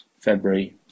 February